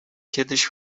kiedyś